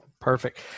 Perfect